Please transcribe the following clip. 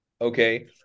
okay